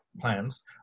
plans